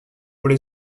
però